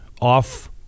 off